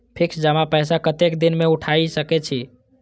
Fix जमा पैसा कतेक दिन में उठाई सके छी?